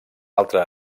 altra